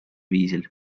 viisil